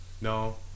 No